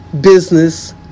business